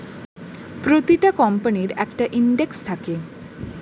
প্রতিটা কোম্পানির একটা ইন্ডেক্স থাকে